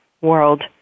world